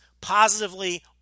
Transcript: positively